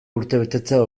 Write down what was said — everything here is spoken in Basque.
urtebetetzea